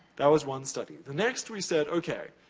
that was one study. the next, we said okay.